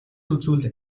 үзвэл